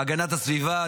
הגנת הסביבה,